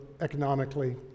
economically